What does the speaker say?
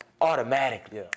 automatically